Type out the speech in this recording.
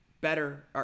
Better